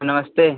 नमस्ते